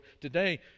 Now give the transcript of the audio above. today